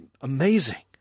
amazing